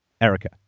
Erica